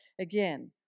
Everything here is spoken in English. again